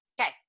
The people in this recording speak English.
Okay